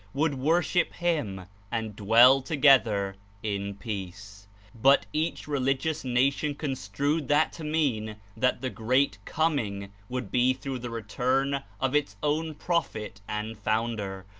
would worship him and dwell together in peace but each religious nation construed that to mean that the great coming would be through the return of its own prophet and founder,